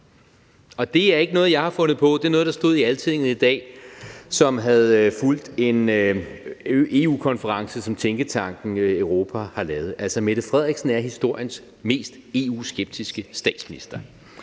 og det er ikke noget, jeg har fundet på. Det er noget, der stod i Altinget i dag. De har fulgt en EU-konference, som tænketanken Europa har lavet. Altså, historiens mest EU-skeptiske statsminister.